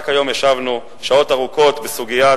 רק היום ישבנו שעות ארוכות בסוגיית